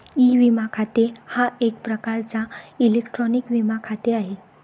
E विमा खाते हा एक प्रकारचा इलेक्ट्रॉनिक विमा खाते आहे